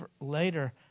later